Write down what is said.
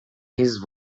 his